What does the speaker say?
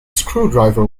screwdriver